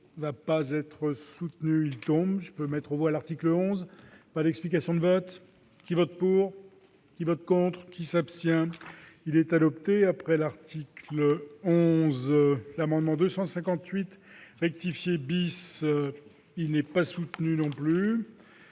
il n'est pas nouveau.